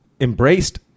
embraced